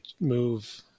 move